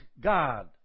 God